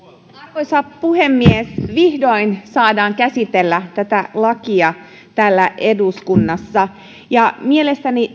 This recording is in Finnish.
arvoisa puhemies vihdoin saadaan käsitellä tätä lakia täällä eduskunnassa mielestäni